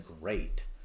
great